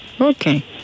Okay